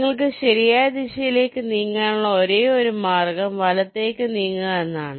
നിങ്ങൾക്ക് ശരിയായ ദിശയിലേക്ക് നീങ്ങാനുള്ള ഒരേയൊരു മാർഗ്ഗം വലത്തേക്ക് നീങ്ങുക എന്നതാണ്